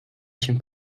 się